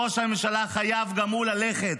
ראש הממשלה חייב גם הוא ללכת.